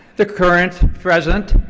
the current, present,